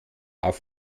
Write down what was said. auf